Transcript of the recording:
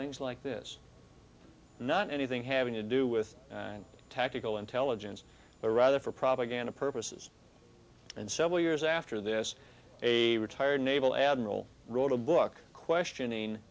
things like this not anything having to do with tactical intelligence but rather for propaganda purposes and several years after this a retired naval admiral wrote a book questioning